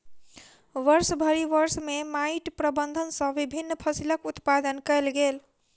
वर्षभरि वर्ष में माइट प्रबंधन सॅ विभिन्न फसिलक उत्पादन कयल गेल